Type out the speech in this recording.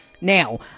Now